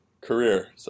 career